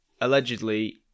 allegedly